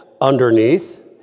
underneath